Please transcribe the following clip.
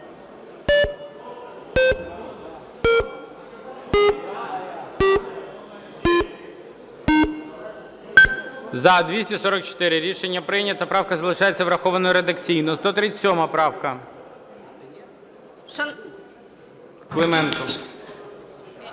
За-244 Рішення прийнято. Правка залишається врахованою редакційно. 137 правка, Клименко.